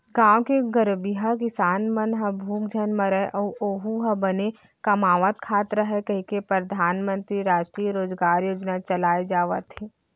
गाँव के गरीबहा किसान मन ह भूख झन मरय अउ ओहूँ ह बने कमावत खात रहय कहिके परधानमंतरी रास्टीय रोजगार योजना चलाए जावत हे